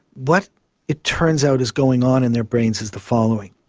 what it turns out is going on in their brains is the following.